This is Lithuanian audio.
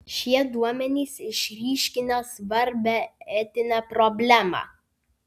šie duomenys išryškina svarbią etinę problemą